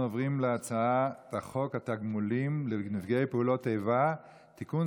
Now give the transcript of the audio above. אנחנו עוברים להצעת חוק התגמולים לנפגעי פעולות איבה (תיקון,